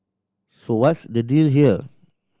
so what's the deal here